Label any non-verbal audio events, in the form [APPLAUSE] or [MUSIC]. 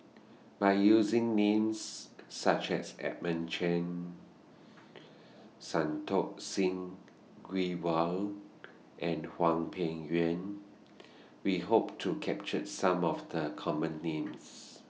By using Names such as Edmund Cheng Santokh Singh Grewal and Hwang Peng Yuan [NOISE] We Hope [NOISE] to capture Some of The Common Names